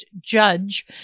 judge